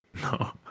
No